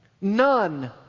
none